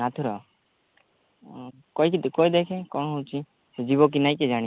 ନାଥୁର କହିକି କହିଦେଖେ କଣ ହେଉଛି ଯିବ କି ନାଇ କିଏ ଜାଣି